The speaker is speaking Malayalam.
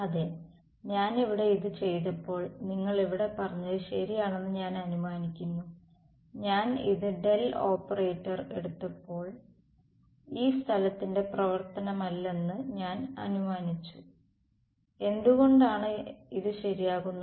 അതെ ഞാൻ ഇവിടെ ഇത് ചെയ്തപ്പോൾ നിങ്ങൾ ഇവിടെ പറഞ്ഞത് ശരിയാണെന്ന് ഞാൻ അനുമാനിക്കുന്നു ഞാൻ ഇത് ഡെൽ ഓപ്പറേറ്റർ എടുത്തപ്പോൾ ഇത് സ്ഥലത്തിന്റെ പ്രവർത്തനമല്ലെന്ന് ഞാൻ അനുമാനിച്ചു എന്തുകൊണ്ടാണ് ഇത് ശരിയാകുന്നത്